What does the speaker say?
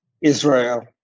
Israel